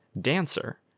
Dancer